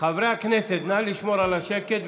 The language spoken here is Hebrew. חברי הכנסת, נא לשמור על השקט.